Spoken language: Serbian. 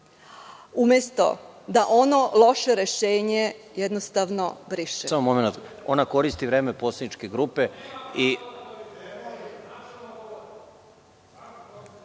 umesto da ono loše rešenje jednostavno